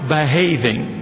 behaving